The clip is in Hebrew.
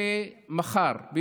אין לי ספק שהצעת החוק הזו,